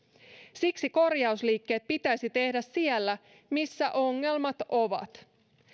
siksi korjausliikkeet pitäisi tehdä siellä missä ongelmat ovat